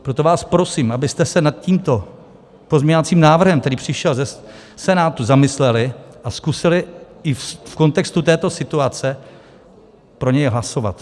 Proto vás prosím, abyste se nad tímto pozměňovacím návrhem, který přišel ze Senátu, zamysleli a zkusili i v kontextu této situace pro něj hlasovat.